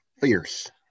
fierce